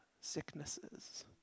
sicknesses